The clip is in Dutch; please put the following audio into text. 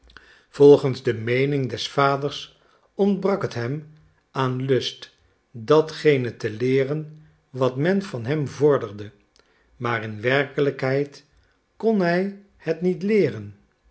volgens de meening des vaders ontbrak het hem aan lust datgene te leeren wat men van hem vorderde maar in werkelijkheid kon hij het niet leeren